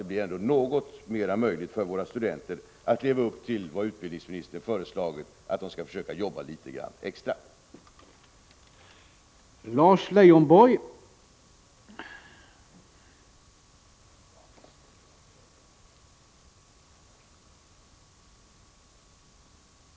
Då får våra studenter åtminstone något ökade möjligheter att utnyttja den utväg som utbildningsministern anvisat, nämligen att försöka arbeta litet grand vid sidan om studierna.